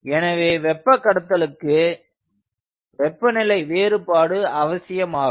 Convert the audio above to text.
எனவே வெப்ப கடத்தலுக்கு வெப்பநிலை வேறுபாடு அவசியமாகும்